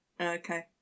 Okay